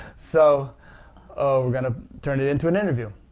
so we're going to turn it into an interview.